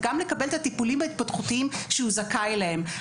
וגם לקבל את הטיפולים ההתפתחותיים שהוא זכאי להם.